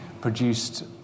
produced